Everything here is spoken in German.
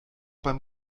beim